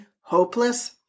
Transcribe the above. hopeless